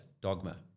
Dogma